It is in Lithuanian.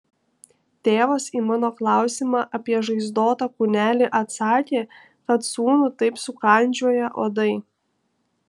tėvas į mano klausimą apie žaizdotą kūnelį atsakė kad sūnų taip sukandžioję uodai